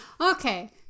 Okay